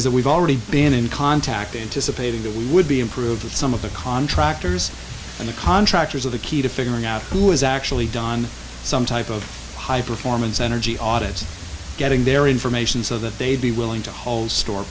is that we've already been in contact anticipating that we would be improved with some of the contractors and the contractors of the key to figuring out who is actually don some type of high performance energy audit getting their information so that they'd be willing to hold store